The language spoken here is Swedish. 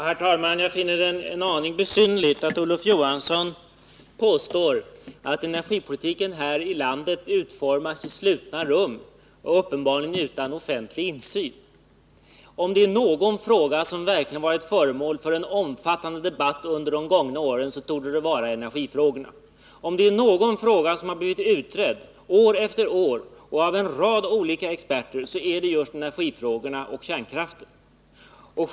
Herr talman! Jag finner det en aning besynnerligt att Olof Johansson påstår att energipolitiken här i landet utformas i slutna rum och uppenbarligen utan offentlig insyn. Om det är någon fråga som verkligen har varit föremål för en omfattande debatt under de gångna åren så torde det vara energifrågan. Om det är någon fråga som har blivit utredd år efter år av en rad olika experter så är det just energifrågan och kärnkraften.